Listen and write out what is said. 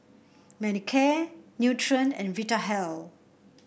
Manicare Nutren and Vitahealth